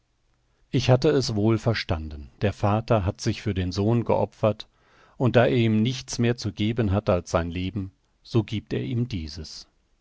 ich hatte es wohl verstanden der vater hat sich für den sohn geopfert und da er ihm nichts mehr zu geben hat als sein leben so giebt er ihm dieses